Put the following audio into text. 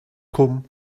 cwm